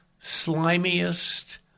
slimiest